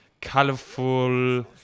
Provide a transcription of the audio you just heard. colorful